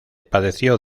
padeció